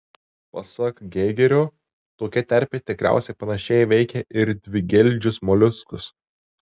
pasak geigerio tokia terpė tikriausiai panašiai veikia ir dvigeldžius moliuskus